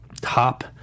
top